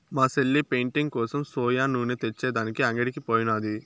మా సెల్లె పెయింటింగ్ కోసం సోయా నూనె తెచ్చే దానికి అంగడికి పోయినాది